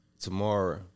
tomorrow